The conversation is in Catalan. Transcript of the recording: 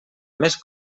més